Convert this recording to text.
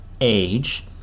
Age